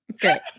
Great